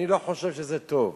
אני לא חושב שזה טוב.